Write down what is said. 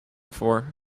for